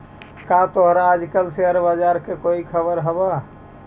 का तोहरा आज कल शेयर बाजार का कोई खबर हवअ